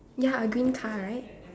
ya a green car right